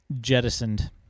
jettisoned